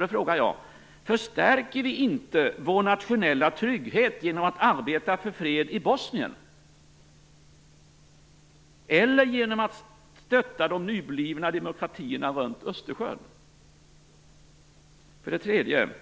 Då frågar jag: Förstärker vi inte vår nationella trygghet genom att arbeta för fred i Bosnien eller genom att stötta de nyblivna demokratierna runt Östersjön? För det tredje vill